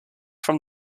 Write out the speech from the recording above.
from